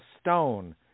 stone